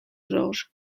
georges